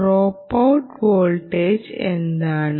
drop out voltage എന്താണ്